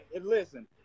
listen